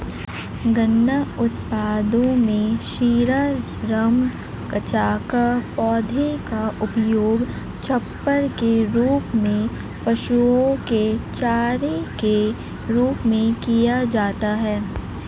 गन्ना उत्पादों में शीरा, रम, कचाका, पौधे का उपयोग छप्पर के रूप में, पशुओं के चारे के रूप में किया जाता है